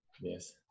Yes